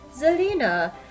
Zelina